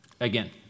again